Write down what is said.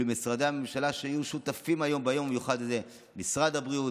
ולמשרדי הממשלה שהיו שותפים היום ביום המיוחד הזה: משרד הבריאות,